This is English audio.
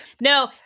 No